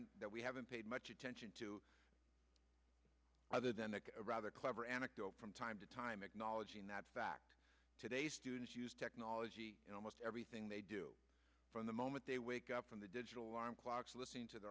and that we haven't paid much attention to other than the rather clever anecdote from time to time acknowledging that fact today students use technology in almost everything they do from the moment they wake up from the digital alarm clocks listening to the